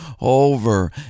over